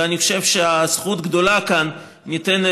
ואני חושב שזכות גדולה ניתנת